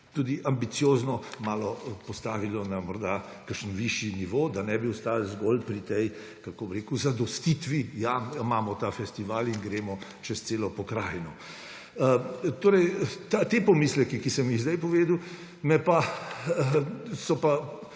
tudi ambiciozno malo postavili na kakšen višji nivo, da ne bi ostali zgolj pri tej zadostitvi – ja, imamo ta festival in gremo čez celo pokrajino. Ti pomisleki, ki sem jih zdaj povedal, so pa